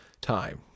time